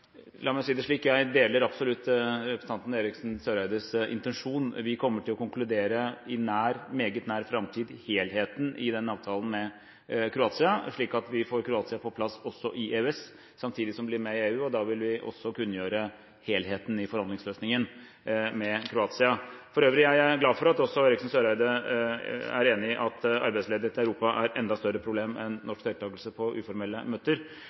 La meg si det slik, jeg deler absolutt representanten Eriksen Søreides intensjon. Vi kommer til å konkludere i meget nær framtid når det gjelder helheten i den avtalen med Kroatia, slik at vi får Kroatia på plass også i EØS, samtidig som de blir med i EU. Da vil vi også kunngjøre helheten i forhandlingsløsningen med Kroatia. For øvrig er jeg glad for at også Eriksen Søreide er enig i at arbeidsledigheten i Europa er et enda større problem enn norsk deltakelse på uformelle møter,